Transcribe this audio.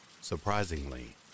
surprisingly